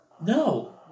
No